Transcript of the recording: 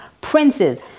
princes